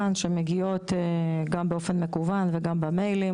שמגיעות גם באופן מקוון וגם במיילים,